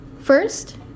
First